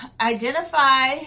identify